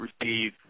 receive